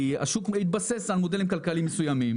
כי השוק התבסס על מודלים כלכליים מסוימים